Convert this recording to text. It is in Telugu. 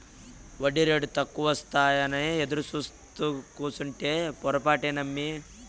ఒడ్డీరేటు తక్కువకొస్తాయేమోనని ఎదురుసూత్తూ కూసుంటే పొరపాటే నమ్మి